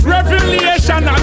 Revelation